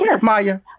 Maya